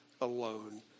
alone